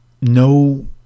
no